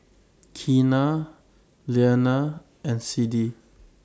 Keena Leana and Siddie